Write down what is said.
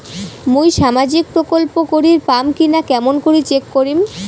মুই সামাজিক প্রকল্প করির পাম কিনা কেমন করি চেক করিম?